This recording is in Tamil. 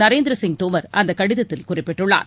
நரேந்திர சிங் தோமர் அந்தக் கடிதத்தில் குறிப்பிட்டுள்ளார்